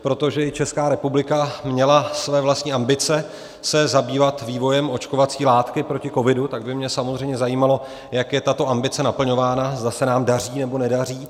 Protože i Česká republika měla své vlastní ambice se zabývat vývojem očkovací látky proti covidu, tak by mě samozřejmě zajímalo, jak je tato ambice naplňována, zda se nám daří, nebo nedaří.